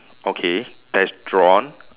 okay that is drawn